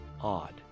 odd